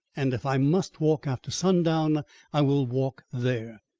and if i must walk after sundown i will walk there.